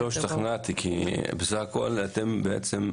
לא השתכנעתי כי בסך הכול אתם בעצם,